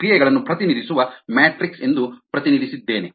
ಕ್ರಿಯೆಗಳನ್ನು ಪ್ರತಿನಿಧಿಸುವ ಮ್ಯಾಟ್ರಿಕ್ಸ್ ಎಂದು ಪ್ರತಿನಿಧಿಸಿದ್ದೇನೆ